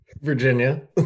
Virginia